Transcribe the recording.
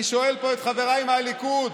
אני שואל פה את חבריי מהליכוד: